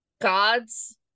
gods